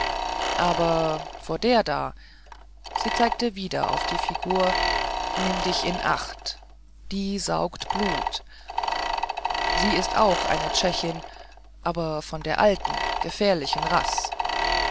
aber vor der da sie zeigte wieder auf die figur nimm dich in acht die saugt blut sie is auch eine tschechin aber von der alten gefährlichen rass